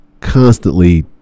constantly